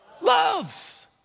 loves